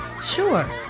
sure